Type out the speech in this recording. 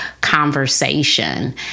conversation